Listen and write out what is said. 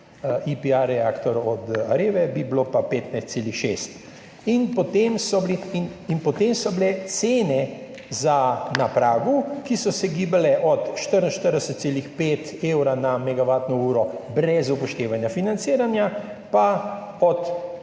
IPA reaktor AREVA, bi bilo pa 15,6. Potem so bile cene na pragu, ki so se gibale od 44,5 evra na megavatno uro, brez upoštevanja financiranja, pa od